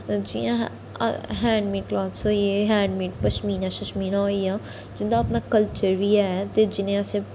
जि'यां handmade clothes होई गे हैंडमेड पशमीना शशमीना होई गेआ जिं'दा अपना कल्चर बी ऐ ते जि'नें गी असें